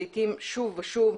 לעיתים שוב ושוב.